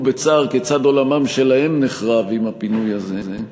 בצער כיצד עולמם שלהם נחרב עם הפינוי הזה,